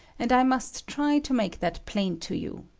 and i must try to make that plain to you.